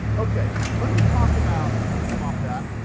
okay, let me talk about you can come off that.